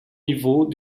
niveau